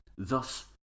Thus